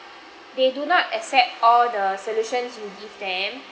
they do not accept all the solutions we give them